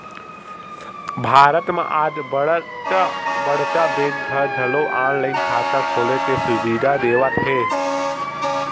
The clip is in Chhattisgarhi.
भारत म आज बड़का बड़का बेंक ह घलो ऑनलाईन खाता खोले के सुबिधा देवत हे